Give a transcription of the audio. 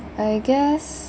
I guess